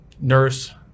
nurse